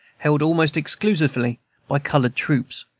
held almost exclusively by colored troops.